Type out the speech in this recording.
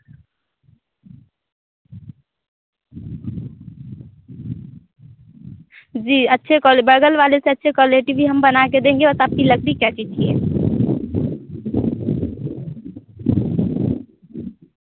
जी अच्छे क्वाल बगल वाले से अच्छे क्वालिटी भी हम बना के देंगे और आपकी लकड़ी क्या चीज़ की है